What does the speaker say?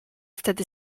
wtedy